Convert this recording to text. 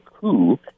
coup